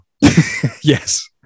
yes